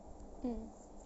mm